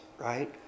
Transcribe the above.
right